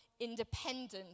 independent